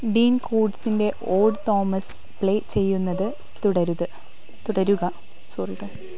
ഡീൻ കൂട്ട്സിൻ്റെ odd Thomas play ചെയ്യുന്നത് തുടരുത് തുടരുക സോറി കേട്ടോ